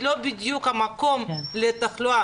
זה לא בדיוק המקום לתחלואה.